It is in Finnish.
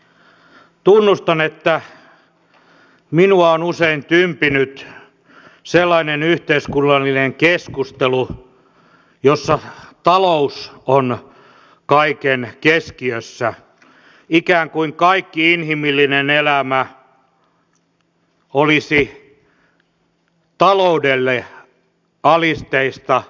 tunnustan että minua on usein tympinyt sellainen yhteiskunnallinen keskustelu jossa talous on kaiken keskiössä ikään kuin kaikki inhimillinen elämä olisi taloudelle alisteista